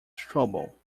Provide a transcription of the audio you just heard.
trouble